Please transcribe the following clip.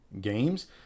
games